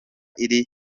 iri